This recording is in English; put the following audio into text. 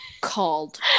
called